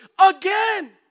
again